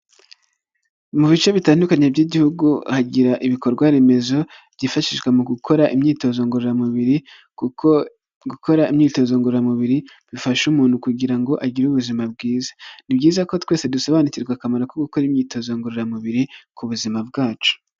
Mu bice bitandukanye by'Igihugu hagira ibikorwaremezo byifashishwa mu gukora imyitozo ngororamubiri kuko gukora imyitozo ngororamubiri bifasha umuntu kugira ngo agire ubuzima bwiza. Ni byiza ko twese dusobanukirwa akamaro ko gukora imyitozo ngororamubiri ku buzima bwacu.